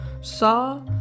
saw